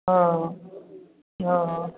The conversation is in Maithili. हँ हँ